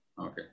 Okay